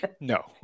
No